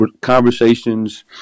conversations